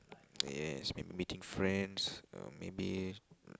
yes maybe meeting friends uh maybe mm